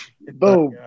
Boom